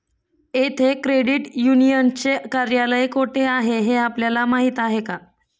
येथे क्रेडिट युनियनचे कार्यालय कोठे आहे हे आपल्याला माहित आहे का?